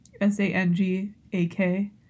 S-A-N-G-A-K